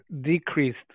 decreased